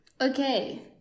okay